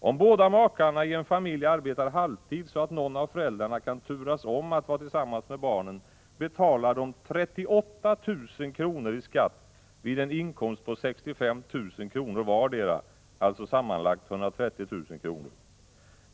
Om båda makarna i en familj arbetar halvtid, så att föräldrarna kan turas om att vara tillsammans med barnen, betalar de 38 000 kr. i skatt vid en inkomst på 65 000 kr. vardera — alltså sammanlagt 130 000 kr.